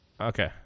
Okay